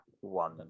one